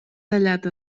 tallat